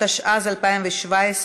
התשע"ז 2017,